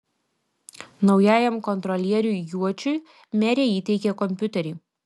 naujajam kontrolieriui juočiui merė įteikė kompiuterį